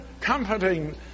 comforting